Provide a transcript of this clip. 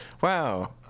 Wow